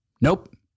Nope